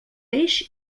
peix